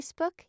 Facebook